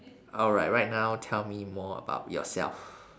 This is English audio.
alright right now tell me more about yourself